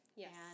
Yes